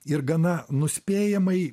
ir gana nuspėjamai